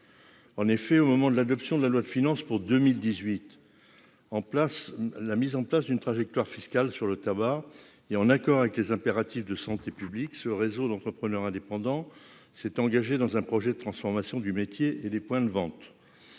en effet au moment de l'adoption de la loi de finances pour 2018 en place la mise en place d'une trajectoire fiscale sur le tabac et en accord avec les impératifs de santé publique, ce réseau d'entrepreneurs indépendants, s'est engagé dans un projet de transformation du métier et des points de vente,